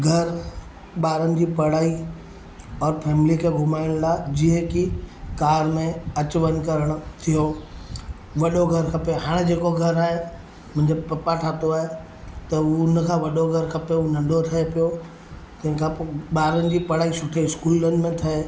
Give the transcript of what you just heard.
घर ॿारनि जी पढ़ाई और फैमिली खे घुमाइण लाइ जीअं की कार में अचु वञु करणु थियो वॾो घर खपे हाणे जेको घर आहे मुंहिंजे पप्पा ठाहियो आहे त हू हुनि खां वॾो घरु खपे हू नंढो थिए पियो तंहिंखां पोइ ॿारनि जी पढ़ाई सुठे स्कूलनि में थिए